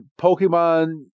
Pokemon